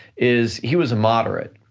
is he was a moderate.